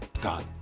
done